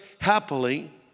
happily